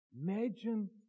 Imagine